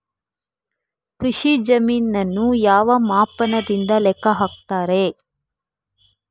ಕೃಷಿ ಜಮೀನನ್ನು ಯಾವ ಮಾಪನದಿಂದ ಲೆಕ್ಕ ಹಾಕ್ತರೆ?